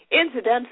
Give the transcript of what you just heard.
Incidentally